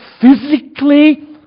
physically